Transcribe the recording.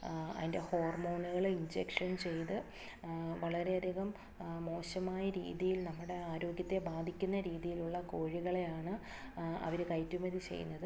അതിൻ്റെ ഹോർമോണുകളെ ഇഞ്ചക്ഷൻ ചെയ്ത് വളരെയധികം മോശമായ രീതിയിൽ നമ്മുടെ ആരോഗ്യത്തെ ബാധിക്കുന്ന രീതിയിലുള്ള കോഴികളെയാണ് അവർ കയറ്റുമതി ചെയ്യുന്നത്